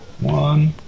One